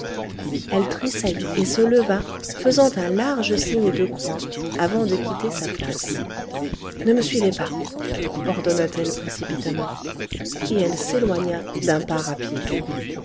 elle tressaillit et se leva faisant un large signe de croix avant de quitter sa place ne me suivez pas ordonna t elle précipitamment et elle s'éloigna d'un pas rapide